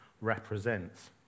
represents